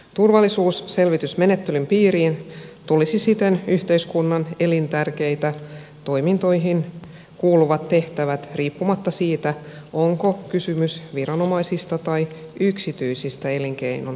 turvallisuusselvitysmenettelyn piiriin tulisivat siten yhteiskunnan elintärkeisiin toimintoihin kuuluvat tehtävät riippumatta siitä onko kysymys viranomaisista tai yksityisistä elinkeinon harjoittajista